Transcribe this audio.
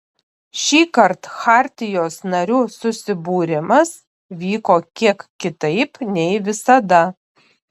šįkart chartijos narių susibūrimas vyko kiek kitaip nei visada